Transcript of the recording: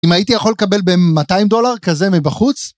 אם הייתי יכול לקבל במאתיים דולר כזה מבחוץ?